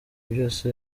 byose